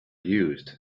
used